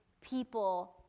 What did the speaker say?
people